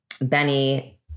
Benny